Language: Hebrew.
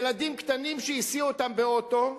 ילדים קטנים שהסיעו אותם באוטו,